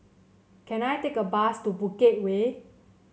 can I take a bus to Bukit Way